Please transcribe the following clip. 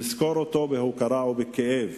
נזכור אותו בהוקרה ובכאב